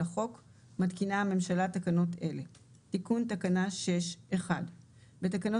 מתקינה הממשלה תקנות אלה: תיקון תקנה 61. בתקנות